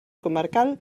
comarcal